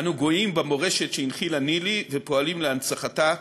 אנו גאים במורשת שהנחילה ניל"י ופועלים להנצחתה,